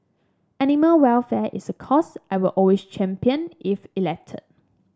animal welfare is a cause I will always champion if elected